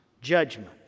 judgment